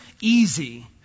easy